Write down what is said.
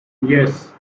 yes